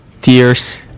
tears